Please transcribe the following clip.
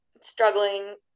struggling